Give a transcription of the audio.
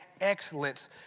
excellence